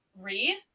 read